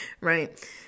right